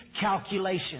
calculations